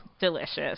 delicious